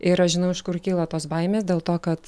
ir aš žinau iš kur kyla tos baimės dėl to kad